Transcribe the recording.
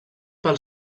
pel